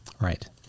Right